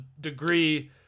degree